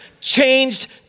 changed